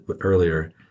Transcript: earlier